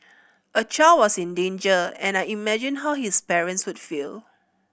a child was in danger and I imagined how his parents would feel